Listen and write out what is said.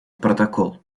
протокол